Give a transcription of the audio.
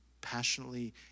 passionately